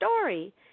story